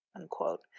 Unquote